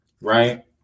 right